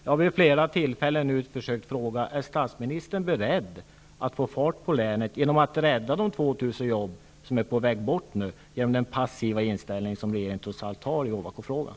Jag har nu vid flera tillfällen frågat: Är statsministern beredd att få fart på länet genom att rädda de 2 000 jobb som nu är på väg bort genom den passiva inställning som regeringen har i Ovako-frågan?